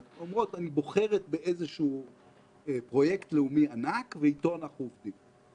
הן אומרות: אנחנו בוחרות באיזשהו פרויקט לאומי ענק ואיתו אנחנו עובדות.